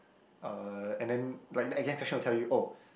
uh and then like the exam question will tell you oh